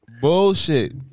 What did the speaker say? Bullshit